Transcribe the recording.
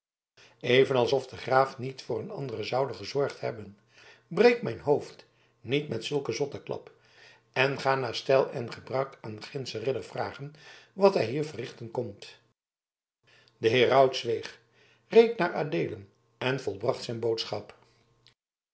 even alsof de graaf niet voor een anderen zoude gezorgd hebben breek mijn hoofd niet met zulken zotteklap en ga naar stijl en gebruik aan gindschen ridder vragen wat hij hier verrichten komt de heraut zweeg reed naar adeelen en volbracht zijn boodschap